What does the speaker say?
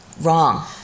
wrong